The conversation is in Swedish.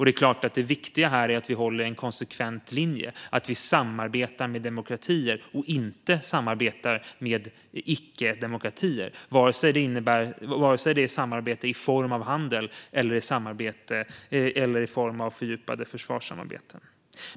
Det är klart att det viktiga här är att vi håller en konsekvent linje - att vi samarbetar med demokratier och inte samarbetar med icke-demokratier, oavsett om det rör sig om samarbete i form av handel eller fördjupade försvarssamarbeten.